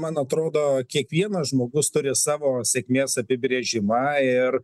man atrodo kiekvienas žmogus turi savo sėkmės apibrėžimą ir